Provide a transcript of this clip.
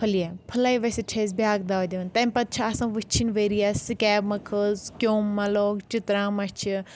پھٕلیہِ پھٕلَے ؤسِتھ چھِ أسۍ بیٚاکھ دَوا دِوان تَمہِ پتہٕ چھِ آسان وٕچھٕنۍ ؤرۍ یَس سِکیب مہٕ کٔھژ کیٚوم مہ لۆگ چِتہٕ رام مہ چھِ